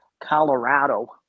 Colorado